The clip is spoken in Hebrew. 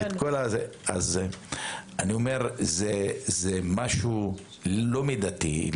לכן זה משהו לא מידתי.